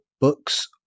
books